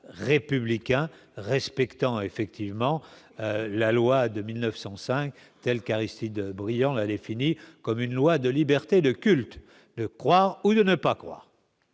républicain respectant effectivement la loi de 1905 tels qu'Aristide Briand la définie comme une loi de liberté de culte, de croire ou de ne pas croire.